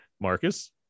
Marcus